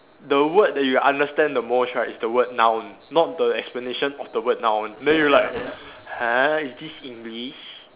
the word that you understand the most right is the word noun not the explanation of the word noun then you like !huh! is this English